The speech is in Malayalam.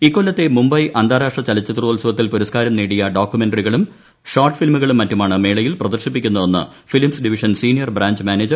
ഇക്കൊല്ലത്തെ മുംബൈ അന്താരാഷ്ട്ര ചലച്ചിത്രോത്സവത്തിൽ പുരസ്കാരം നേടിയ ഡോക്യുമെന്ററികളും ഷോർട്ട് ഫിലിമുകളും മറ്റുമാണ് മേളയിൽ പ്രദർശിപ്പിക്കുന്നതെന്ന് films division senior branch manager K